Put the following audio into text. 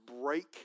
break